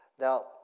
Now